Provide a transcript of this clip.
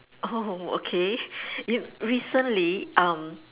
oh okay re~ recently um